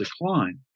decline